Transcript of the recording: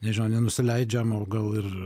nežinau nenusileidžiam o gal ir